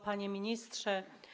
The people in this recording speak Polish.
Panie Ministrze!